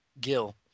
Gil